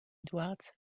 edwards